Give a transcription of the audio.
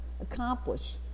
accomplish